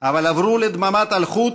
אבל עברו לדממת אלחוט